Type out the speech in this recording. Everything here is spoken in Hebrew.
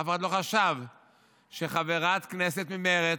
אף אחד לא חשב שחברת כנסת ממרצ,